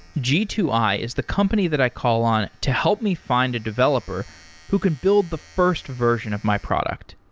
g two i is the company that i call on to help me find a developer who can build the first version of my product.